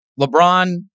LeBron